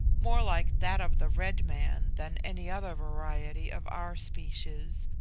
more like that of the red man than any other variety of our species,